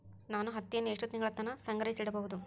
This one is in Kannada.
ನಾನು ಹತ್ತಿಯನ್ನ ಎಷ್ಟು ತಿಂಗಳತನ ಸಂಗ್ರಹಿಸಿಡಬಹುದು?